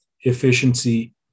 efficiency